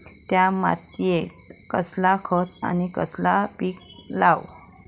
त्या मात्येत कसला खत आणि कसला पीक लाव?